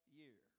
year